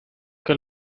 que